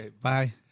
Bye